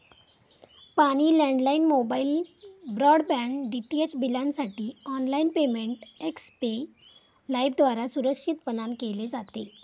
पाणी, landline, mobile, broadband, DTH बिलांसाठी online payment Xpay लाइफद्वारा सुरक्षितपणान केले जाते